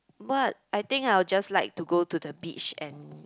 but I think I'll just like to go to the beach and